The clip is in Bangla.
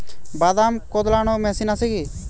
বাদাম কদলানো মেশিন আছেকি?